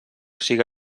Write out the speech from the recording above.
siga